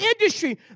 industry